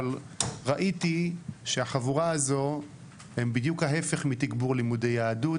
אבל ראיתי שהחבורה הזו הם בדיוק ההפך מתגבור לימודי יהדות,